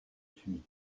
suis